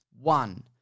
One